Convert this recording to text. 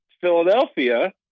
Philadelphia